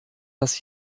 das